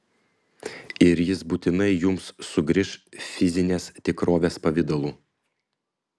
ir jis būtinai jums sugrįš fizinės tikrovės pavidalu